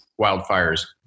wildfires